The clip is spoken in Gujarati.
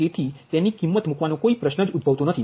તેથી તેની કીમ્મત મૂકવાનો કોઈ પ્રશ્ન નથી